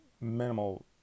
Minimal